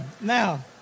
Now